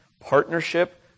partnership